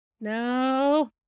No